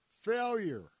failure